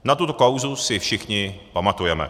Na tuto kauzu si všichni pamatujeme.